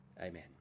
Amen